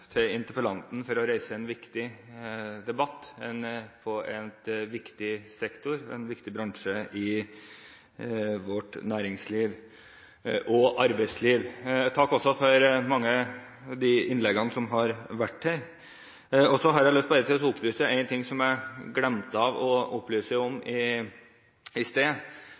til interpellanten for å reise en viktig debatt om en viktig sektor – en viktig bransje – i vårt næringsliv og arbeidsliv. Takk også for de innleggene som har vært holdt her. Jeg har lyst til bare å opplyse om en ting som jeg glemte i sted.